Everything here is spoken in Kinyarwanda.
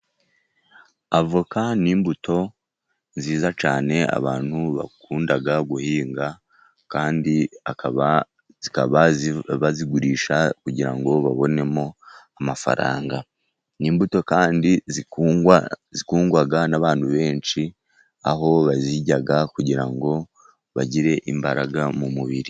Avoka ni imbuto nziza cyane abantu bakunda guhinga, kandi zikaba bazigurisha kugira ngo babonemo amafaranga. Ni imbuto kandi zikundwa n'abantu benshi, aho bazirya kugira ngo bagire imbaraga mu mubiri.